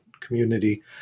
community